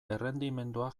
errendimendua